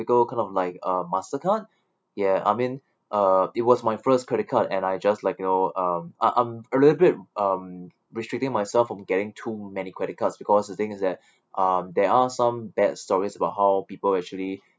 kind of like uh master card ya I mean uh it was my first credit card and I just like you know um I'm I'm a little bit um restricting myself from getting too many credit cards because the thing is that uh there are some bad stories about how people actually